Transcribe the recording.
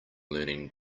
learning